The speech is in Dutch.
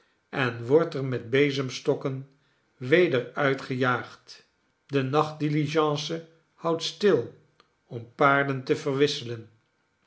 en wordt er met bezemstokken weder uitgejaagd de nachtdiligence houdt stil om paarden te verwisselen